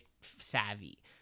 savvy